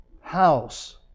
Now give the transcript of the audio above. house